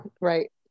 right